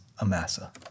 Amasa